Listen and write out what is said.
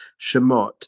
Shemot